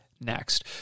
Next